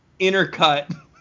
intercut